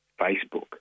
Facebook